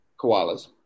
koalas